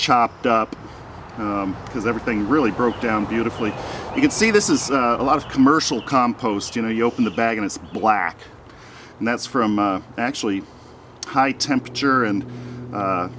chopped up because everything really broke down beautifully you can see this is a lot of commercial compost you know you open the bag and it's black and that's from actually high temperature and